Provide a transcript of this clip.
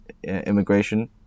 immigration